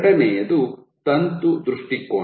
ಎರಡನೆಯದು ತಂತು ದೃಷ್ಟಿಕೋನ